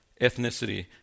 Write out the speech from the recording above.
ethnicity